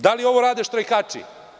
Da li ovo rade štrajkači?